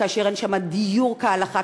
כאשר אין שם דיור כהלכה,